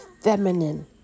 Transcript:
feminine